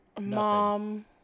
Mom